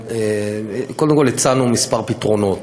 הצענו כמה פתרונות,